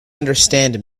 understand